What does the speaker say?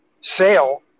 sale